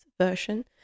version